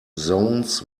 zones